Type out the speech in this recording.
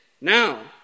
now